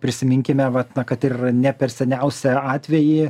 prisiminkime vat na kad ir ne per seniausiai atvejį